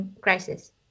crisis